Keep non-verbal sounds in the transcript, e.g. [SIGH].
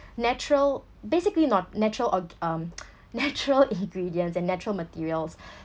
natural basically not natural org~ um [NOISE] natural [LAUGHS] ingredients and natural materials [BREATH]